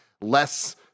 less